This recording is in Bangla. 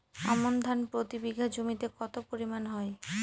আমন ধান প্রতি বিঘা জমিতে কতো পরিমাণ হয়?